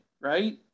right